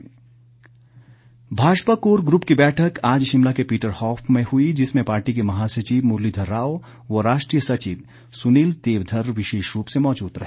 भाजपा बैठक Bhajpa core group की बैठक आज शिमला के पीटरहॉफ में हुई जिसमें पार्टी के महासचिव मुरलीधर राव व राष्ट्रीय सचिव सुनील देवधर विशेष रूप से मौजूद रहे